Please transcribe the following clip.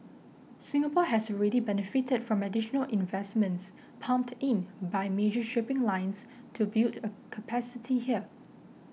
Singapore has already benefited from additional investments pumped in by major shipping lines to build a capacity here